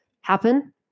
happen